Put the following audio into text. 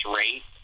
rate